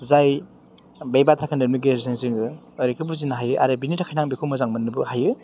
जाय बे बाथ्रा खोन्दोबनि गेजेरजों जोङो ओरैखौ बुजिनो हायो आरो बेनि थाखायनो आं बेखौ मोजां मोननोबो हायो